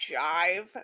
jive